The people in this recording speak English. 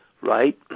right